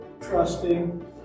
trusting